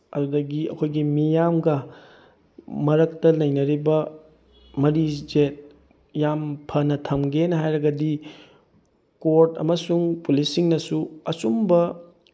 ꯑꯗꯨꯗꯒꯤ ꯑꯩꯈꯣꯏꯒꯤ ꯃꯤꯌꯥꯝꯒ ꯃꯔꯛꯇ ꯂꯩꯅꯔꯤꯕ ꯃꯔꯤꯁꯦ ꯌꯥꯝ ꯐꯅ ꯊꯝꯒꯦꯅ ꯍꯥꯏꯔꯒꯗꯤ ꯀꯣꯔꯠ ꯑꯃꯁꯨꯡ ꯄꯨꯂꯤꯁꯁꯤꯡꯅꯁꯨ ꯑꯆꯨꯝꯕ